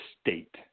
state